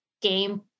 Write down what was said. game